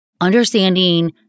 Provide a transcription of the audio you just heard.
understanding